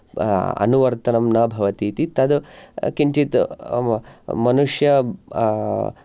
अनुवर्तनं न भवति इति तद् किञ्चित् मनुष्य